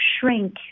shrink